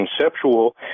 conceptual